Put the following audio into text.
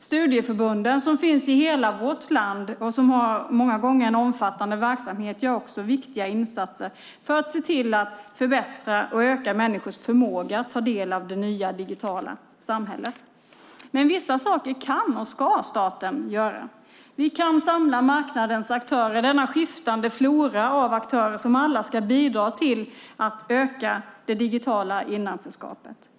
Studieförbunden, som finns i hela vårt land och som har en många gånger omfattande verksamhet, gör också viktiga insatser för att se till att förbättra och öka människors förmåga att ta del av det nya digitala samhället. Men vissa saker kan och ska staten göra. Vi kan samla marknadens aktörer, denna skiftande flora av aktörer, som alla ska bidra till att öka det digitala innanförskapet.